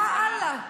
יא אללה,